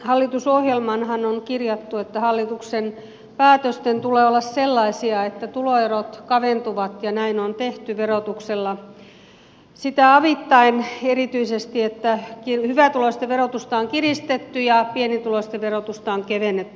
hallitusohjelmaanhan on kirjattu että hallituksen päätösten tulee olla sellaisia että tuloerot kaventuvat ja näin on tehty verotuksella sitä avittaen erityisesti että hyvätuloisten verotusta on kiristetty ja pienituloisten verotusta on kevennetty